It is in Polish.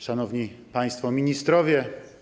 Szanowni Państwo Ministrowie!